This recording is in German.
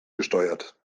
gesteuert